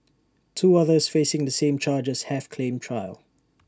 two others facing the same charges have claimed trial